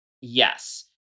Yes